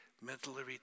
mentally